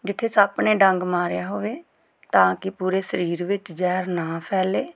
ਜਿੱਥੇ ਸੱਪ ਨੇ ਡੰਗ ਮਾਰਿਆ ਹੋਵੇ ਤਾਂ ਕਿ ਪੂਰੇ ਸਰੀਰ ਵਿੱਚ ਜ਼ਹਿਰ ਨਾ ਫੈਲੇ